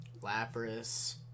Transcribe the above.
Lapras